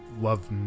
love